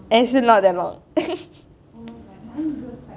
and still not that long